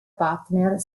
partner